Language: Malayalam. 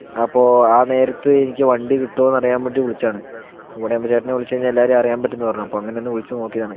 അപ്പോൾ ആ നേരത്ത് എനിക്ക് വണ്ടി കിട്ടുമോയെന്നറിയാൻ വേണ്ടി വിളിച്ചതാണ് ഇപ്പോൾ ഇവിടെയാവുമ്പോൾ ചേട്ടനെ വിളിച്ച് കഴിഞ്ഞാൽ എല്ലാവരേയും അറിയാൻ പറ്റുംമെന്ന് പറഞ്ഞു അപ്പോൾ അങ്ങനെയൊന്ന് വിളിച്ചു നോക്കിയതാണ്